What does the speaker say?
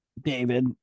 David